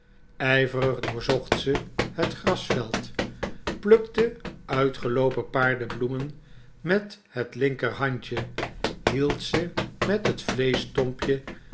ijvrig doorzocht ze het grasveld plukte uitgeloopen paardebloemen met het linkerhandje hield ze met het vleeschstompje